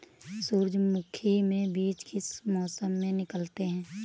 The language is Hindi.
सूरजमुखी में बीज किस मौसम में निकलते हैं?